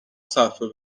صفحه